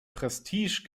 prestige